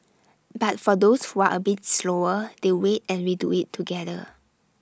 but for those who are A bit slower they wait and we do IT together